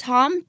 Tom